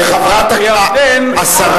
טיפלתי בהם הרבה